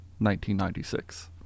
1996